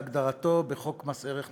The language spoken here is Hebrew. כהגדרתו בחוק מס ערך מוסף,